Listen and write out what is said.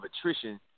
attrition